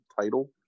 title